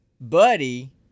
Buddy